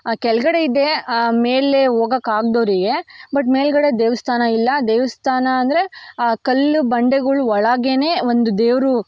ಕೆಳಗಡೆ ಇದೆ ಮೇಲೆ ಹೋಗೋಕ್ ಆಗದವ್ರಿಗೆ ಬಟ್ ಮೇಲುಗಡೆ ದೇವಸ್ಥಾನ ಇಲ್ಲ ದೇವಸ್ಥಾನ ಅಂದರೆ ಆ ಕಲ್ಲು ಬಂಡೆಗಳ್ ಒಳಗೇ ಒಂದು ದೇವರು